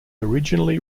originally